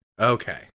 okay